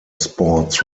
sports